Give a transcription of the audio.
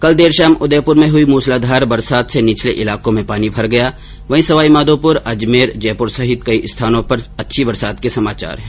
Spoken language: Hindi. कल देर शाम उदयपुर में हुई मूसलाधार बरसात से निचले इलाकों में पानी भर गया वहीं सवाईमाधोपुर अजमेर जयपुर समेत कई अन्य स्थानों से भी अच्छी बरसात के समाचार मिले हैं